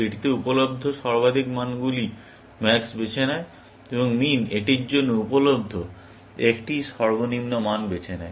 এটিতে উপলব্ধ সর্বাধিক মানগুলি ম্যাক্স বেছে নেয় এবং মিন এটির জন্য উপলব্ধ একটি সর্বনিম্ন মান বেছে নেয়